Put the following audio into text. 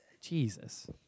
Jesus